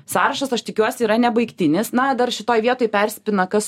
sąrašas aš tikiuosi yra nebaigtinis na dar šitoj vietoj persipina kas